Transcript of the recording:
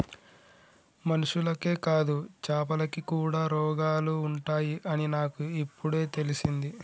మనుషులకే కాదు చాపలకి కూడా రోగాలు ఉంటాయి అని నాకు ఇపుడే తెలిసింది